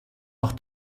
auch